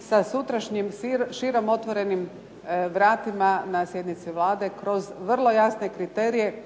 sa sutrašnjim, širom otvorenim vratima na sjednici Vlade kroz vrlo jasne kriterije